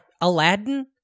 Aladdin